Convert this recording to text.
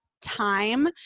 time